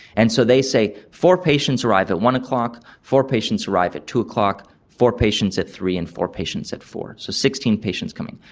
and so they say four patients arrive at one o'clock, four patients arrive at two o'clock, four patients at three and four patients at four, so sixteen patients come in.